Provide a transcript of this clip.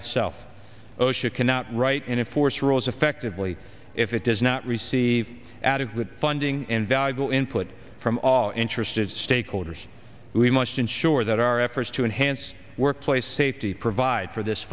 itself osha cannot write and its force rules effectively if it does not receive adequate funding and valuable input from all interested stakeholders we must ensure that our efforts to enhance workplace safety provide for this